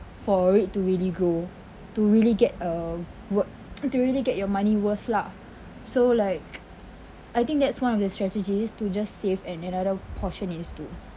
for it to really grow to really get uh wo~ to really get your money worth lah so like I think that's one of the strategies to just save and another portion is to